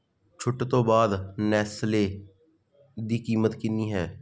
ਛੁੱਟ ਤੋਂ ਬਾਅਦ ਨੈਸਲੇ ਦੀ ਕੀਮਤ ਕਿੰਨੀ ਹੈ